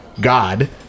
god